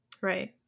Right